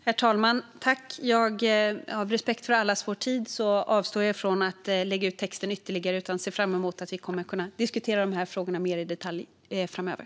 Herr talman! Av respekt för allas vår tid avstår jag från att lägga ut texten ytterligare. Jag ser fram emot att i stället kunna diskutera dessa frågor mer i detalj framöver.